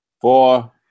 four